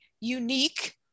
unique